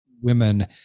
women